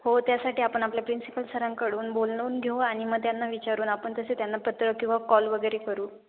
हो त्यासाठी आपण आपल्या प्रिन्सिपल सरांकडून बोलून घेऊ आणि मग त्यांना विचारून आपण तसे त्यांना पत्र किंवा कॉल वगैरे करू